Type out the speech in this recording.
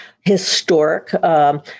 historic